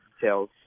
details